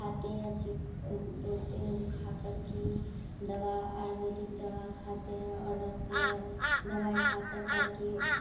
खाते हैं बोलते हैं जो खा कर के दवा आयुर्वेदिक दावा खाते हैं और रहते हैं दवाई खातक कर के